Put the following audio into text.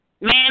Man